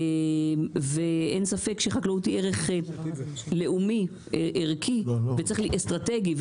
אין ספק שחקלאות היא ערך לאומי ערכי אסטרטגי,